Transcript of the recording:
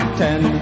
ten